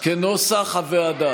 ואנחנו לא יודעים איזה גל מחכה לנו מחר.